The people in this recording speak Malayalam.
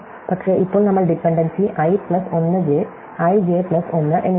പക്ഷേഇപ്പോൾ നമ്മൾ dependency i plus 1 j i j plus 1 എന്നിവയാണ്